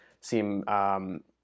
seem